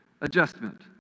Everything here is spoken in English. adjustment